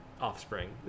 offspring